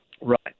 right